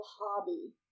hobby